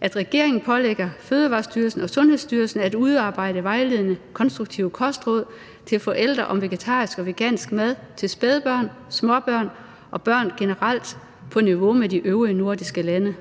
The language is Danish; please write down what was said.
at regeringen pålægger Fødevarestyrelsen og Sundhedsstyrelsen at udarbejde vejledende konstruktive kostråd til forældre om vegetarisk og vegansk mad til spædbørn, småbørn og børn generelt på niveau med de øvrige nordiske lande.